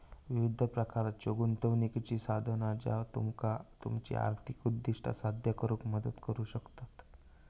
विविध प्रकारच्यो गुंतवणुकीची साधना ज्या तुमका तुमची आर्थिक उद्दिष्टा साध्य करुक मदत करू शकतत